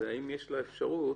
ואם יש לה אפשרות